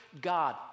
God